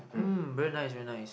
mm very nice very nice